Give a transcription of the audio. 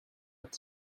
but